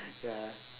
ya